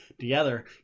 together